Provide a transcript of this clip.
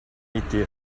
été